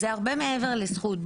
זה הרבה מעבר לזכות.